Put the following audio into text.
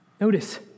Notice